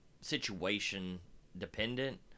situation-dependent